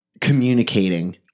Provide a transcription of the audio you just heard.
communicating